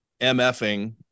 MFing